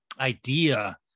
idea